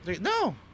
No